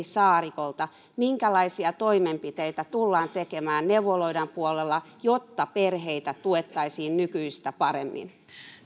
saarikolta minkälaisia toimenpiteitä tullaan tekemään neuvoloiden puolella jotta perheitä tuettaisiin nykyistä paremmin